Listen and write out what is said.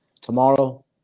tomorrow